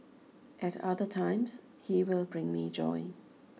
at other times he will bring me joy